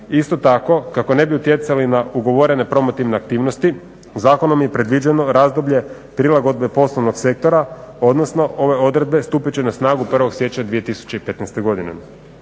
isto tako kako ne bi utjecali na ugovorene promotivne aktivnosti, zakonom je predviđeno razdoblje prilagodbe poslovnog sektora, odnosno ove odredbe stupit će na snagu 01. siječnja 2015. godine.